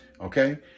okay